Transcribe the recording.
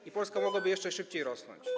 Wtedy Polska mogłaby jeszcze szybciej rosnąć.